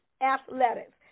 athletics